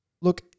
look